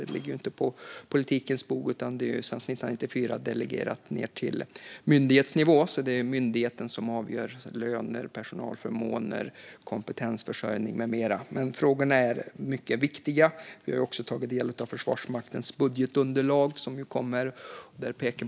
Det ligger inte på politikens bord, utan sedan 1994 är det delegerat ned till myndighetsnivå. Myndigheten avgör löner, personalförmåner, kompetensförsörjning med mera. Frågorna är mycket viktiga. Vi har också tagit del av Försvarsmaktens budgetunderlag.